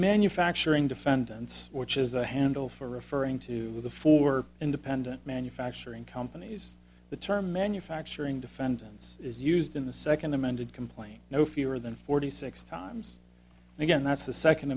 manufacturing defendants which is the handle for referring to the four independent manufacturing companies the term manufacturing defendants is used in the second amended complaint no fewer than forty six times and again that's the second